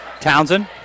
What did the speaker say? Townsend